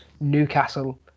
Newcastle